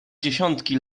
dziesiątki